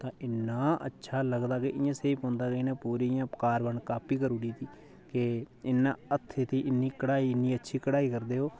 तां इन्ना अच्छा लगदा कि इयां सेही पौंदी कि इनें पूरी इयां कारवन कापी करु उड़ी दी ऐ कि इन्ना हत्थें दी इन्नी कडाई इन्नी अच्छी कडाई करदे ओह्